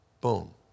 Boom